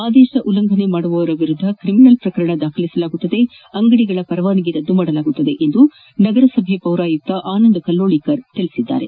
ಆದೇಶ ಉಲ್ಲಂಘಿಸುವವರ ವಿರುದ್ದ ಕ್ರಿಮಿನಲ್ ಪ್ರಕರಣ ದಾಖಲಿಸಲಾಗುವುದು ಅಂಗಡಿಗಳ ಪರವಾನಗಿ ರದ್ದುಪಡಿಸಲಾಗುವುದು ಎಂದು ನಗರಸಭೆ ಪೌರಾಯುಕ್ತ ಆನಂದ್ ಕಲ್ಲೋಳಿಕರ್ ತಿಳಿಸಿದ್ದಾರೆ